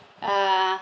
uh